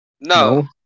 No